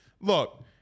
look